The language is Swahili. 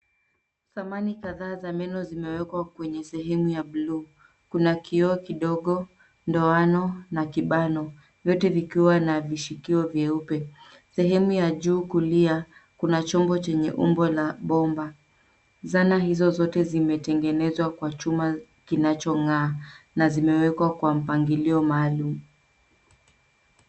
Thamani kadha za meno zimewekwa kwenye sehemu ya blue . Kuna kioo kidogo, ndoano na kibano, vyote vikiwa na vishikio vyeupe. Sehemu ya juu kulia, kuna chombo chenye umbo la bomba. Zana hizo zote zimetengenezwa kwa chuma kinachong'aa na zimewekwa kwa mpangilio maalum